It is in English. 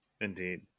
indeed